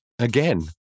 again